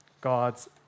God's